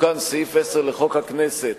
תוקן סעיף 10 לחוק הכנסת,